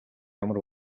ямар